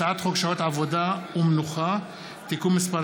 הצעת חוק שעות עבודה ומנוחה (תיקון מס'